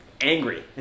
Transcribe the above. angry